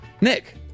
Nick